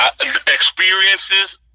Experiences